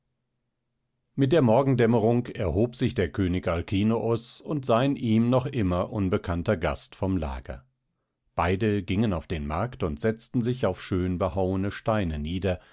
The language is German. mit der morgendämmerung erhob sich der könig alkinoos und sein ihm noch immer unbekannter gast vom lager beide gingen auf den markt und setzten sich auf schön behauene steine nieder